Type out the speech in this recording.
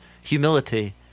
humility